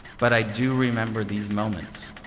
but i do remember these moments.